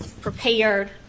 prepared